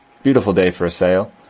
beautiful day for a sail.